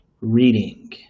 reading